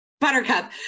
Buttercup